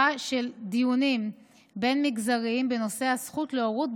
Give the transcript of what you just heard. של דיונים בין-מגזריים בנושא הזכות להורות,